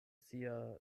sia